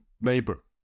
neighbor